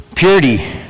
Purity